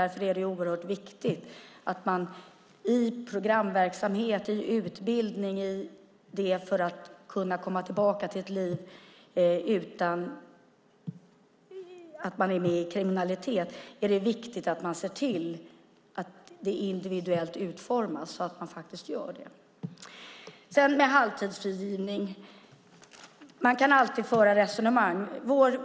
Därför är det oerhört viktigt att via programverksamhet och utbildning kunna komma tillbaka till ett liv utan kriminalitet. Det är viktigt att utforma dessa individuellt så att det faktiskt ger resultat. Vad beträffar halvtidsfrigivning kan man alltid föra resonemang om det.